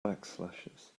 backslashes